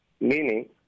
Meaning